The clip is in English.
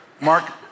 Mark